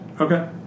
Okay